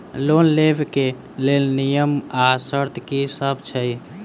Loan लेबऽ कऽ लेल नियम आ शर्त की सब छई?